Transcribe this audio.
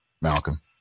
Malcolm